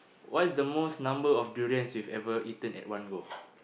what is the most number of durians you have ever eaten at one go